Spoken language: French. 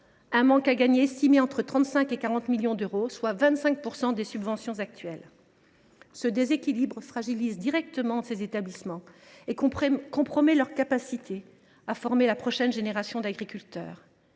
le manque à gagner est estimé entre 35 millions et 40 millions d’euros, soit 25 % des subventions actuelles. Ce déséquilibre fragilise directement ces établissements et compromet leur capacité à former la prochaine génération d’agriculteurs.